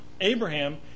Abraham